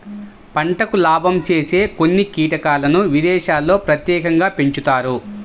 పంటకు లాభం చేసే కొన్ని కీటకాలను విదేశాల్లో ప్రత్యేకంగా పెంచుతారు